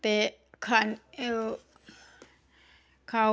ते ओह् खाओ